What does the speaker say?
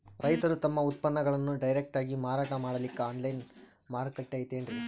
ರೈತರು ತಮ್ಮ ಉತ್ಪನ್ನಗಳನ್ನು ಡೈರೆಕ್ಟ್ ಆಗಿ ಮಾರಾಟ ಮಾಡಲಿಕ್ಕ ಆನ್ಲೈನ್ ಮಾರುಕಟ್ಟೆ ಐತೇನ್ರೀ?